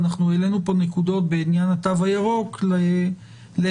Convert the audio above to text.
ואנחנו העלינו פה נקודות בעניין התו הירוק להמשך